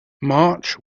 march